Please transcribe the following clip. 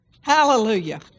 Hallelujah